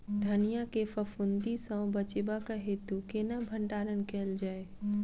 धनिया केँ फफूंदी सऽ बचेबाक हेतु केना भण्डारण कैल जाए?